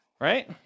Right